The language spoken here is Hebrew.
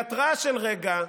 בהתרעה של רגע,